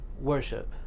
worship